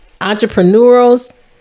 entrepreneurs